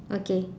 okay